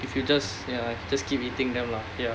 if you just ya just keep eating them lah ya